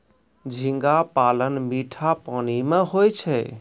झींगा पालन मीठा पानी मे होय छै